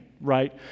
right